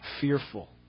fearful